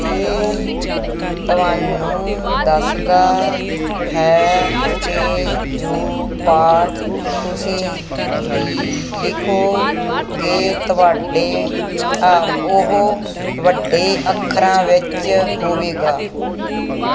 ਇਹ ਤੁਹਾਨੂੰ ਦੱਸਦਾ ਹੈ ਕਿ ਜੋ ਪਾਠ ਤੁਸੀਂ ਲਿਖੋਗੇ ਤੁਹਾਡੇ ਉਹ ਵੱਡੇ ਅੱਖਰਾਂ ਵਿੱਚ ਹੋਵੇਗਾ